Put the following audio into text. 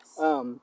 yes